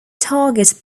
target